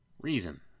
Reason